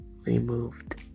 removed